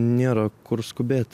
nėra kur skubėt